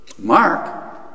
Mark